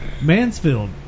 Mansfield